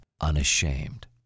unashamed